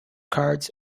cards